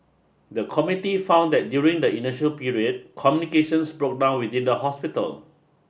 the committee found that during the initial period communications broke down within the hospital